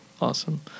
awesome